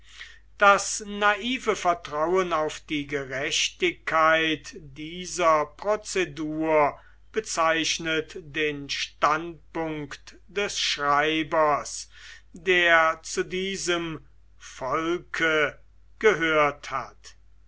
das naive vertrauen auf die gerechtigkeit dieser prozedur bezeichnet den standpunkt des schreibers der zu diesem volke gehört hat